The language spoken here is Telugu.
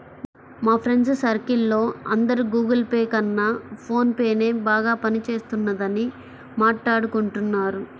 మా ఫ్రెండ్స్ సర్కిల్ లో అందరూ గుగుల్ పే కన్నా ఫోన్ పేనే బాగా పని చేస్తున్నదని మాట్టాడుకుంటున్నారు